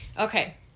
Okay